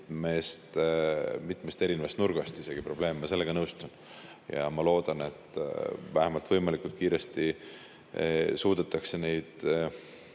mitmest erinevast nurgast probleem. Sellega ma nõustun. Ja ma loodan, et vähemalt võimalikult kiiresti suudetakse neid